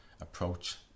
approach